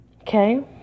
okay